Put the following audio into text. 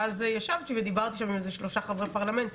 ואז ישבתי ודיברתי שם עם איזה שלושה חברי פרלמנט.